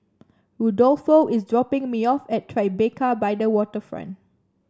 Rudolfo is dropping me off at Tribeca by the Waterfront